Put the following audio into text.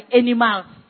animals